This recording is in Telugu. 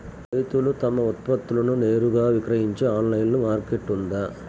రైతులు తమ ఉత్పత్తులను నేరుగా విక్రయించే ఆన్లైను మార్కెట్ ఉందా?